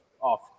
off